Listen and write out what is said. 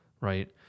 right